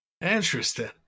Interesting